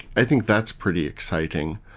i think that's pretty exciting.